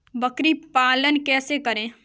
बकरी पालन कैसे करें?